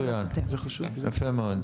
מצוין, יפה מאוד.